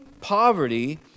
poverty